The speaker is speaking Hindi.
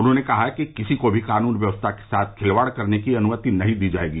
उन्होंने कहा कि किसी को भी कानून व्यवस्था के साथ खिलवाड़ करने की अनुमति नहीं दी जायेगी